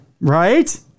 Right